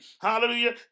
Hallelujah